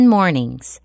Mornings